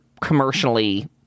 commercially